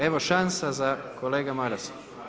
Evo šansa za kolegu Marasa.